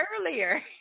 earlier